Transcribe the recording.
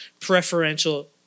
preferential